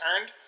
earned